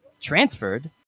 Transferred